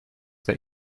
that